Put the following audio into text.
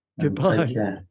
Goodbye